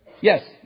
Yes